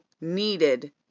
needed